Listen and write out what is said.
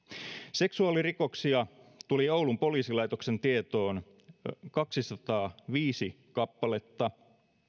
seksuaalirikoksia tuli oulun poliisilaitoksen tietoon kaksisataaviisi kappaletta